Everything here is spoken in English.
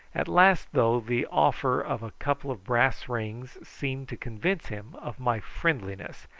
at last, though, the offer of a couple of brass rings seemed to convince him of my friendliness,